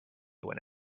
when